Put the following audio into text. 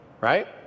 right